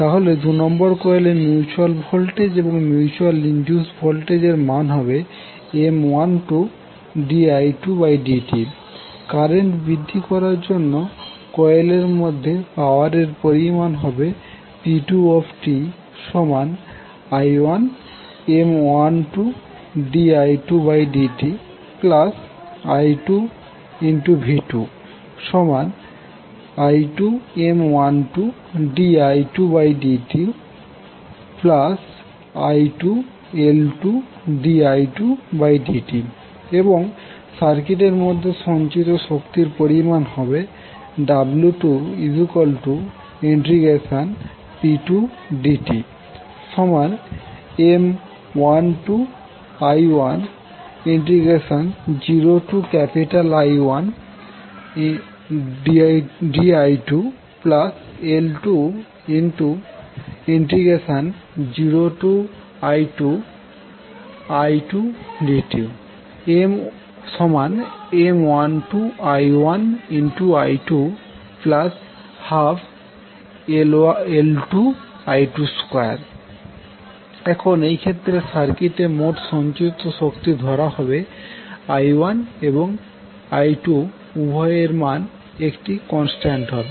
তাহলে দুনম্বর কোয়েলের মিউচুয়াল ভোল্টেজ এবং মিউচুয়াল ইনডিউসড ভল্টেজ এর মান হবে M12di2dt কারেন্ট বৃদ্ধি করার জন্য কোয়েল এর মধ্যে পাওয়ার এর পরিমাণ হবে p2ti1M12di2dti2v2i1M12di2dti2L2di2dt এবং সার্কিট এর মধ্যে সঞ্চিত শক্তির পরিমাণ হবে w2p2dtM12I10I1di2L20I2i2dtM12I1I212L2I22 এখন এই ক্ষেত্রে সার্কিটে মোট সঞ্চিত শক্তি ধরা হবে যখন i1 এবং i2 উভয়ের মান একটি কনস্ট্যান্ট হবে